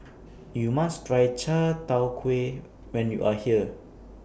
YOU must Try Chai Tow Kway when YOU Are here